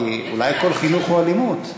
כי אולי כל חינוך הוא אלימות,